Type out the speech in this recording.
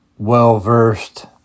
well-versed